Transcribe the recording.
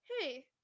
hey